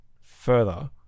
further